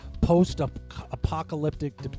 post-apocalyptic